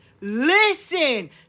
Listen